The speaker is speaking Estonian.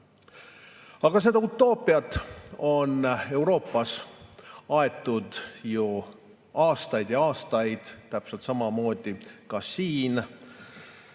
Aga seda utoopiat on Euroopas aetud aastaid ja aastaid, täpselt samamoodi ka siin